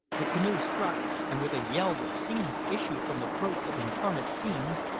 the canoe struck, and with a yell that seemed to issue from the throats of incarnate fiends,